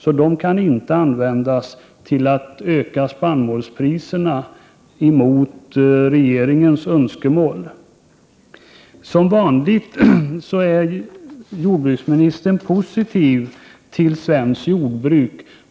Pengarna kan därför inte mot regeringens önskemål användas för att öka spannmålspriserna. Som vanligt är jordbruksministern positiv till svenskt jordbruk.